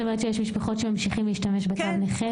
אומרת שיש משפחות שממשיכות להשתמש בתו הנכה.